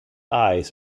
eyes